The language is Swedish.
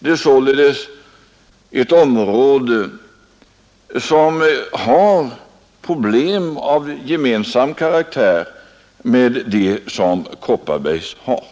Det är således ett område med problem av samma karaktär som de som Kopparbergs län nu har.